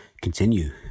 continue